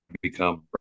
become